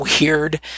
weird